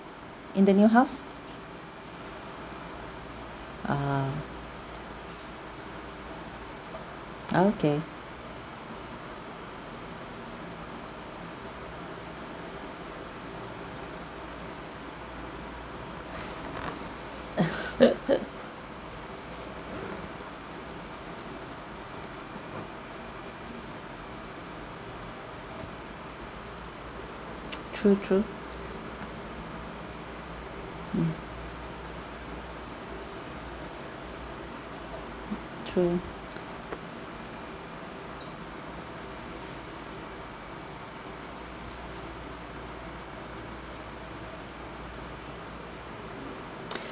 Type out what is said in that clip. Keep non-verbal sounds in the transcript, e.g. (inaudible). in the new house ah okay (laughs) (noise) true true mm true